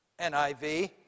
NIV